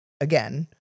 again